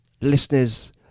listeners